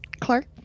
Clark